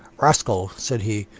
rascal, said he,